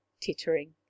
tittering